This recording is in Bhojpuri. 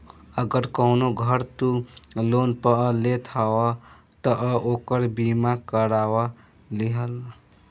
अगर कवनो घर तू लोन पअ लेत हवअ तअ ओकर बीमा करवा लिहअ